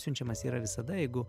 siunčiamas yra visada jeigu